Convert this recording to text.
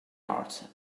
art